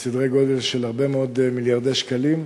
בסדרי גודל של הרבה מאוד מיליארדי שקלים,